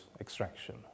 extraction